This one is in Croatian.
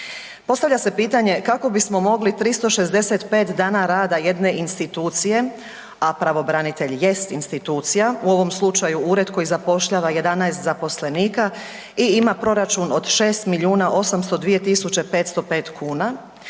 Postavlja se pitanje kako bismo mogli 365 dana rada jedne institucije, a pravobranitelj jest institucija u ovom slučaju ured koji zapošljava 11 zaposlenika i ima proračun od 6.802.505 kuna,